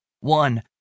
One